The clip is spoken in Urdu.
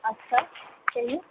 اچھا کہیے